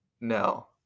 no